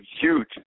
huge